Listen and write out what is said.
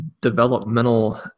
developmental